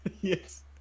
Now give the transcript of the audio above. Yes